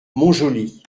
montjoly